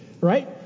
right